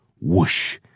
whoosh